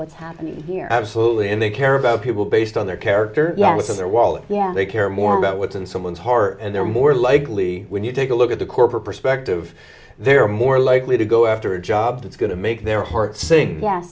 what's happening here absolutely and they care about people based on their character yes in their wallet yeah they care more about what's in someone's heart and they're more likely when you take a look at the corporate perspective they are more likely to go after a job that's going to make their heart sink ye